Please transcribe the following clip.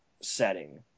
setting